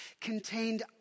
contained